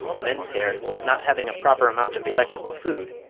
men's hair, not having a proper amount of electrical food,